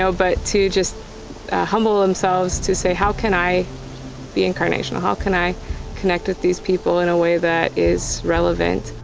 so but to just humble ourselves to say how can i be incarnational? how can i connect with these people in a way that is relevant?